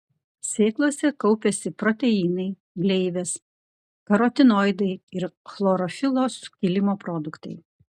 sėklose kaupiasi proteinai gleivės karotinoidai ir chlorofilo skilimo produktai